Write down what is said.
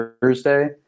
Thursday